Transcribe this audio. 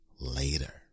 later